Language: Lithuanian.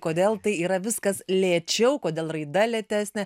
kodėl tai yra viskas lėčiau kodėl raida lėtesnė